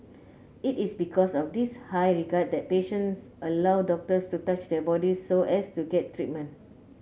it is because of this high regard that patients allow doctors to touch their bodies so as to get treatment